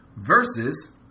versus